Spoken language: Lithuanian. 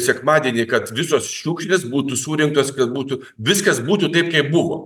sekmadienį kad visos šiukšlės būtų surinktos kad būtų viskas būtų taip kaip buvo